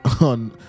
on